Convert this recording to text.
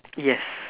yes